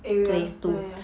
area ya ya